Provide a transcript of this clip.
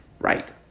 right